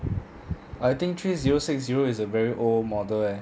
I think three zero six zero is a very old model eh